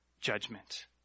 judgment